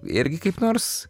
irgi kaip nors